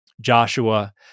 Joshua